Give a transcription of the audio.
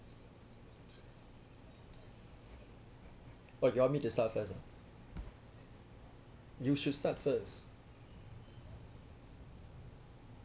oh you want me to start first ah you should start first